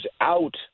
out